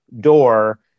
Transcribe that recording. door